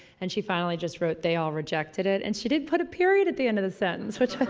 and she finally just wrote they all rejected it and she didn't put a period at the end of the sentence! which